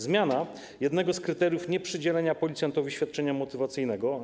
Zmiana dotyczy też jednego z kryteriów nieprzydzielenia policjantowi świadczenia motywacyjnego.